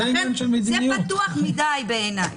לכן זה פתוח מדי, בעיניי.